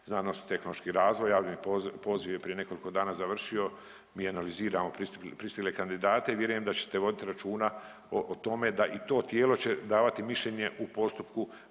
znanost i tehnološki razvoj, ali poziv je prije nekoliko dana završio, mi analiziramo pristigle kandidate i vjerujem da ćete vodit računa o tome da i to tijelo će davati mišljenje u postupku